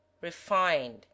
refined